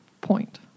point